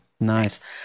Nice